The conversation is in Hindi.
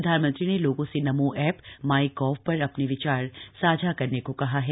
प्रधानमंत्री ने लोगों से नमो ऐ ए माइ गॉव र अ ने विचार साझा करने को कहा है